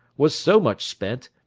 was so much spent,